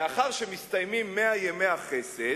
לאחר שמסתיימים מאה ימי החסד,